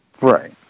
Right